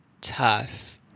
tough